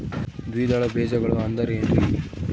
ದ್ವಿದಳ ಬೇಜಗಳು ಅಂದರೇನ್ರಿ?